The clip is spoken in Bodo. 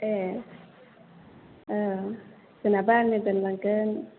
ए औ जेनेबा आंनो दोनलांगोन